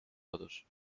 kodus